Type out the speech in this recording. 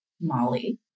Molly